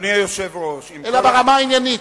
אלא ברמה העניינית.